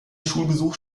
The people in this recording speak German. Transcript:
schulbesuch